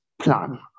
plan